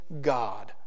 God